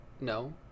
no